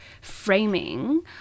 framing